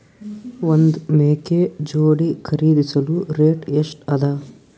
ಒಂದ್ ಮೇಕೆ ಜೋಡಿ ಖರಿದಿಸಲು ರೇಟ್ ಎಷ್ಟ ಅದ?